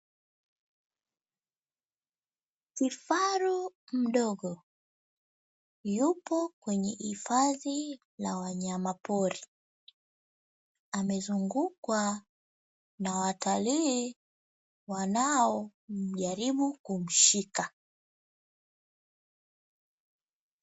Kifaru mdogo yupo kwenye hifadhi ya wanyama pori, amezungukwa na watalii wanao jaribu kumshika.